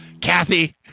Kathy